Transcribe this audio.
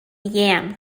yam